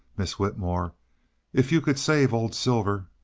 miss whitmore if you could save old silver